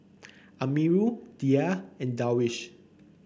Amirul Dhia and Darwish